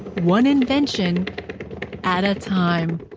one invention at a time.